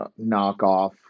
knockoff